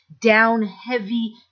down-heavy